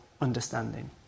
understanding